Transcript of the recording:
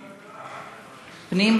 פנים.